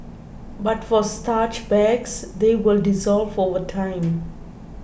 but for starch bags they will dissolve over time